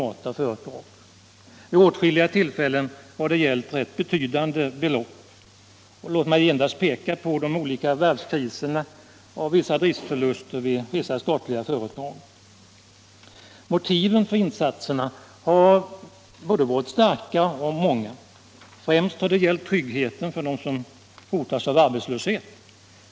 Det har då vid åtskilliga tillfällen gällt ganska betydande belopp. Låt mig här endast peka på varvskriserna och driftsförlusterna vid vissa statliga företag. Motiven för insatserna har varit både starka och många. Främst har det gällt tryggheten för dem som hotas av arbetslöshet.